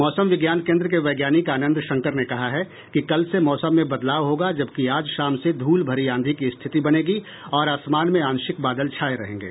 मौसम विज्ञान केंद्र के वैज्ञानिक आनंद शंकर ने कहा है कि कल से मौसम में बदलाव होगा जबकि आज शाम से धूल भरी आंधी की स्थिति बनेगी और आसमान में आंशिक बादल छाये रहेंगे